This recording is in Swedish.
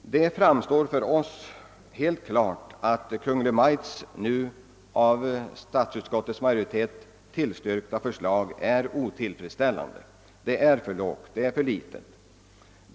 Det framstår för oss helt klart att Kungl. Maj:ts nu av statsutskottets majoritet tillstyrkta förslag är otillfredsställande.